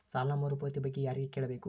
ಸಾಲ ಮರುಪಾವತಿ ಬಗ್ಗೆ ಯಾರಿಗೆ ಕೇಳಬೇಕು?